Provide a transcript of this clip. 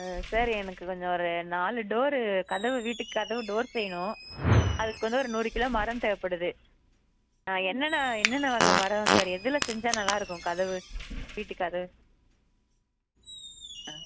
sir எனக்கு கொஞ்சம் ஒரு நாலு டோர் கதவு வீட்டுக்கதவு டோர் செய்யணும் அதுக்கு வந்து ஒரு நூறு கிலோ மரம் தேவைப்படுது ஆ என்னென்ன என்னென்ன வகை மரம் சார் எதில் செஞ்சால் நல்லா இருக்கும் கதவு வீட்டுக்கதவு ஆ